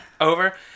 Over